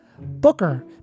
Booker